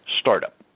startup